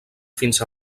fins